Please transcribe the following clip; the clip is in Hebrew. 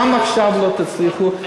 גם עכשיו לא תצליחו,